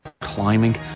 climbing